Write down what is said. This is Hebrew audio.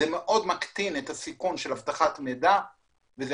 זה מקטין את הסיכון של אבטחת מידע וזה